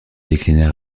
décliner